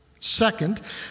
Second